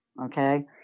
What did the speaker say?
Okay